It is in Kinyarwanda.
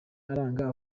aranga